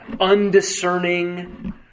undiscerning